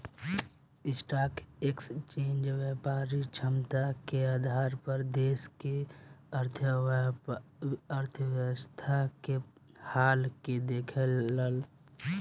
stock exchange व्यापारिक क्षमता के आधार पर देश के अर्थव्यवस्था के हाल के देखावेला